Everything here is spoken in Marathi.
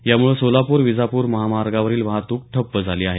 यामुळे सोलापूर विजापूर महामार्गावरील वाहतूक ठप्प झाली आहे